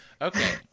Okay